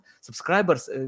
subscribers